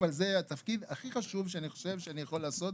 אבל הוא התפקיד הכי חשוב שאני חושב שאני יכול לעשות